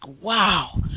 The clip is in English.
wow